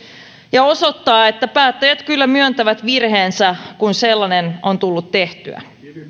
ja osoittaa että päättäjät kyllä myöntävät virheensä kun sellainen on tullut tehtyä